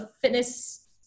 fitness